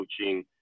coaching